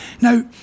now